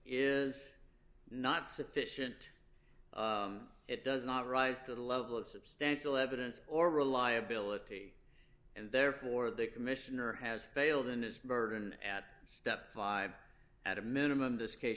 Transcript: is not sufficient it does not rise to the level of substantial evidence or reliability and therefore the commissioner has failed in his burden at step five at a minimum this case